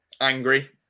angry